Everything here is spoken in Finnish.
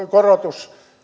korotus